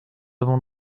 avons